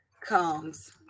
comes